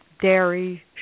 dairy